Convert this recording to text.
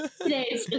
Today